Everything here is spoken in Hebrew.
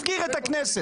הפקיר את הכנסת.